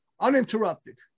uninterrupted